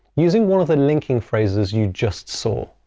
using one of the linking phrases you just saw.